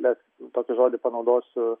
bet tokį žodį panaudosiu